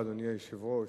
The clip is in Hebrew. אדוני היושב-ראש,